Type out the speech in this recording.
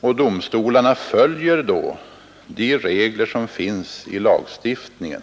och domstolarna följer då de regler som finns i lagstiftningen.